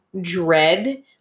dread